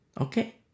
Okay